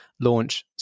launch